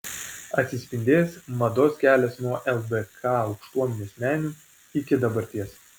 atsispindės mados kelias nuo ldk aukštuomenės menių iki dabarties